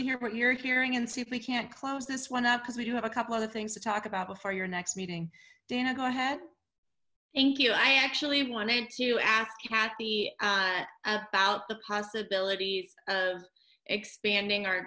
to hear what you're hearing and see if we can't close this one up because we do have a couple other things to talk about before your next meeting dana go ahead thank you i actually wanted to ask kathy about the possibilities of expanding our